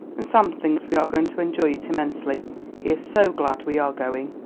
and sam thinks we are going to enjoy it immensely. he is so glad we are going.